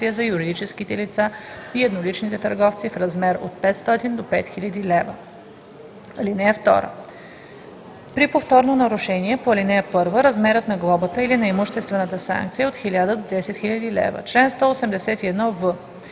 за юридическите лица и едноличните търговци, в размер от 500 до 5000 лв. (2) При повторно нарушение по ал. 1 размерът на глобата или на имуществената санкция е от 1000 до 10 000 лв. Чл. 181в.